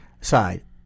side